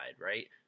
right